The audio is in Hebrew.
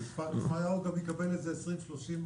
כפר שמריהו גם יקבל איזה 20,30,